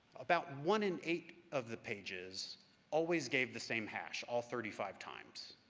about one in eight of the pages always gave the same hash all thirty five times.